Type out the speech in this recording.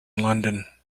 london